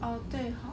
哦对 hor